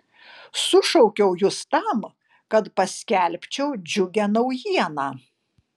sušaukiau jus tam kad paskelbčiau džiugią naujieną